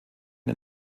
den